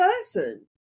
person